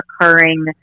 occurring